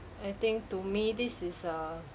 I think to me this is err